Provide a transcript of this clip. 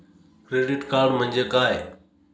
Credit card म्हणजे काय?